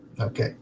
Okay